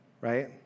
right